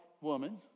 woman